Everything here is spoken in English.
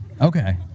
Okay